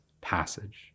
passage